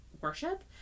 worship